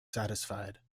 satisfied